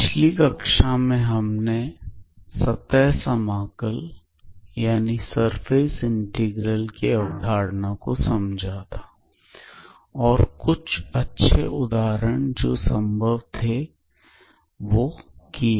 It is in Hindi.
पिछली कक्षा में हमने सरफेस इंटीग्रल की अवधारणा को समझा और कुछ अच्छे उदाहरण किए